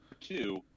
two